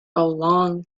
long